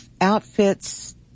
outfits